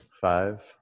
Five